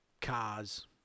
cars